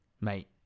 mate